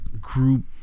group